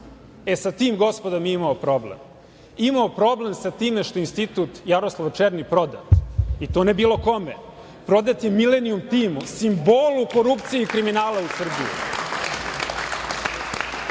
E, sa tim, gospodo, mi imamo problem. Imamo problem sa time što je institut „Jaroslav Černi“ prodat, i to ne bilo kome, prodat je „Milenijum timu“, simbolu korupcije i kriminala u Srbiji. Imamo